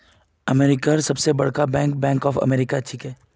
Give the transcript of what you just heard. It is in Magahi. अमेरिकार सबस बरका बैंक बैंक ऑफ अमेरिका छिके